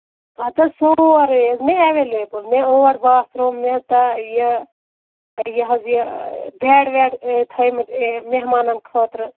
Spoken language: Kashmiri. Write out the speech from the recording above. اَدٕ حظ سورُے حظ مےٚ ایٚولیبٕل مےٚ ٲٹھ باتھ روٗم مےٚ تہ یہِ حظ یہِ بیٚڈ ویٚڈ تھٲیمٕتۍ مہمانَن خٲطرٕ